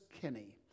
Kinney